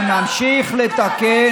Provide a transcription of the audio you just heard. אנחנו נמשיך לתקן,